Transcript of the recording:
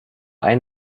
einen